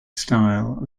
style